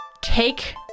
Take